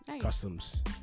Customs